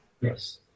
Yes